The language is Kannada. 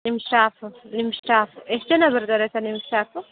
ನಿಮ್ಮ ಶ್ಟಾಫು ನಿಮ್ಮ ಶ್ಟಾಫ್ ಎಷ್ಟು ಜನ ಬರ್ತಾರೆ ಸರ್ ನಿಮ್ಮ ಶ್ಟಾಫು